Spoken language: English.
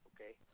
Okay